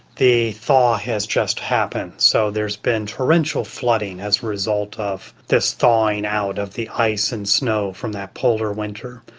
the thaw has just happened, so there has been torrential flooding as a result of this thawing out of the ice and snow from that polar winter.